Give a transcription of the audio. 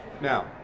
Now